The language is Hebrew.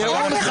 איזה טיעון?